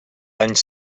anys